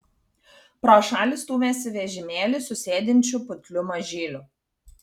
pro šalį stūmėsi vežimėlį su sėdinčiu putliu mažyliu